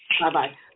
Bye-bye